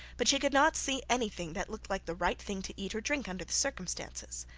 but she did not see anything that looked like the right thing to eat or drink under the circumstances.